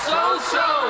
So-So